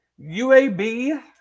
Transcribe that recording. UAB